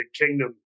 Kingdom